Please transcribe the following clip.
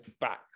back